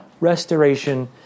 restoration